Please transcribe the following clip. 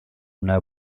una